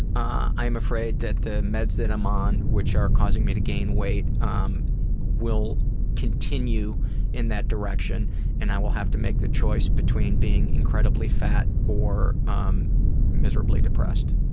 ah i'm afraid that the meds i'm on, which are causing me to gain weight, um will continue in that direction and i will have to make the choice between being incredibly fat or um miserably depressed.